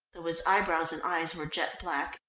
though his eyebrows and eyes were jet black,